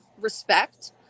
respect